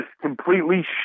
completely